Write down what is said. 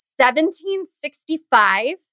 1765